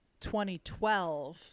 2012